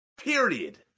period